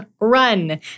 run